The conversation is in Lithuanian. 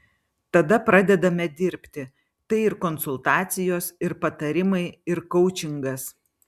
tada pradedame dirbti tai ir konsultacijos ir patarimai ir koučingas